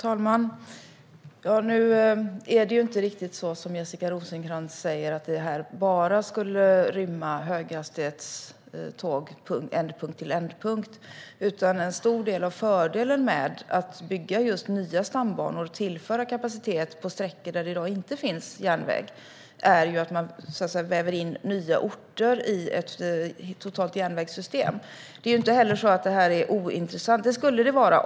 Herr talman! Det är inte riktigt så som Jessica Rosencrantz säger om att detta bara skulle rymma höghastighetståg från ändpunkt till ändpunkt. En stor fördel med att bygga nya stambanor och tillföra kapacitet på sträckor där det i dag inte finns järnväg är att man väver in nya orter i det totala järnvägssystemet. Detta är heller inte ointressant, vilket det dock skulle kunna vara.